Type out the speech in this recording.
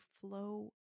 flow